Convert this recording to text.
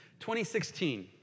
2016